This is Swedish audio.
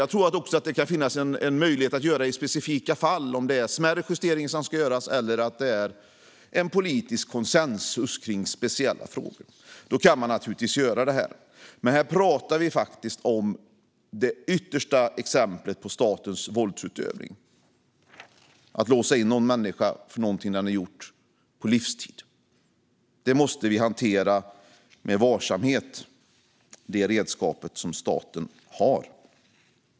Jag tror att det kan finnas möjlighet att göra detta i specifika fall, om smärre justeringar ska göras eller det råder politisk konsensus kring speciella frågor. Då kan man naturligtvis göra detta. Men här talar vi faktiskt om det yttersta exemplet på statens våldsutövning: att låsa in en människa på livstid för något den gjort. Det redskapet som staten har måste vi hantera med varsamhet.